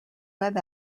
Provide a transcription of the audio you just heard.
web